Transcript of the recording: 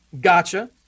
gotcha